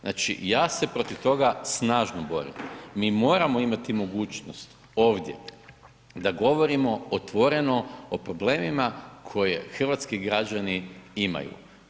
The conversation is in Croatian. Znači ja se protiv toga snažno borimo, mi moramo imati mogućnost, ovdje, da govorimo otvoreno o problemima, koje hrvatski građani imaju.